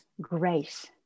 grace